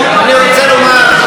אני רוצה לומר,